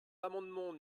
l’amendement